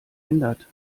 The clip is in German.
ändert